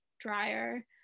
drier